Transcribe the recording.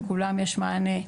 לכולם יש מענה,